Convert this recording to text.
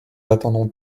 attendons